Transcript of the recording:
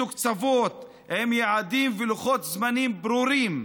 מתוקצבות, עם יעדים ולוחות זמנים ברורים.